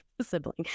sibling